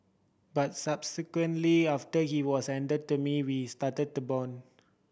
but subsequently after he was handed to me we started to bond